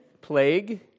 plague